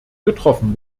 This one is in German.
getroffen